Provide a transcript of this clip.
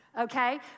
okay